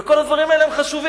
וכל הדברים האלה הם חשובים,